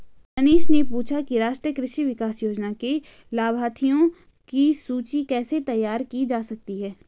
मनीष ने पूछा कि राष्ट्रीय कृषि विकास योजना के लाभाथियों की सूची कैसे तैयार की जा सकती है